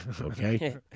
Okay